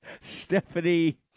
Stephanie